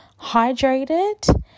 hydrated